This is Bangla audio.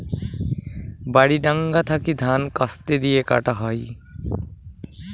বাড়ি ডাঙা থাকি ধান কাস্তে দিয়ে কাটা হই